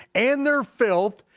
and their filth.